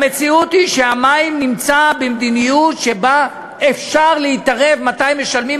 המציאות היא שהמים נמצאים במדיניות שבה אפשר להתערב מתי משלמים,